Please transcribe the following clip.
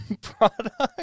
product